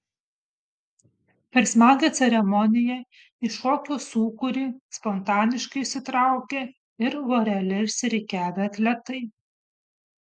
per smagią ceremoniją į šokio sūkurį spontaniškai įsitraukė ir vorele išsirikiavę atletai